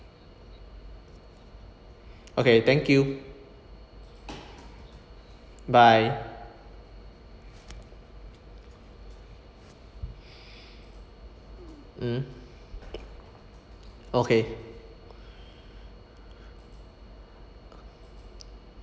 okay thank you bye mm okay